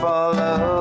Follow